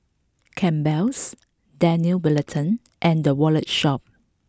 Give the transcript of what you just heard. Campbell's Daniel Wellington and The Wallet Shop